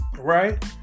right